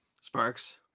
Sparks